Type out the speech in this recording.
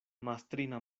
mastrina